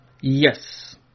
Yes